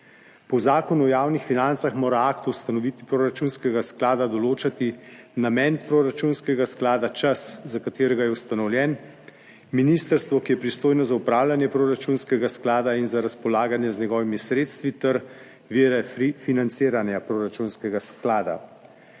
Po zakonu o javnih financah mora akt o ustanovitvi proračunskega sklada določati namen 3. TRAK: (SC) – 14.55 (nadaljevanje) proračunskega sklada, čas za katerega je ustanovljen. Ministrstvo, ki je pristojno za upravljanje proračunskega sklada in za razpolaganje z njegovimi sredstvi ter vire financiranja proračunskega sklada